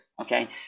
okay